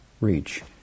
reach